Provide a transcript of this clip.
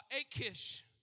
Achish